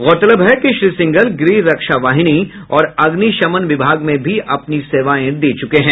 गौरतलब है कि श्री सिंघल गृह रक्षा वाहिनी और अग्निशमन विभाग में भी अपनी सेवाएं दे चुके हैं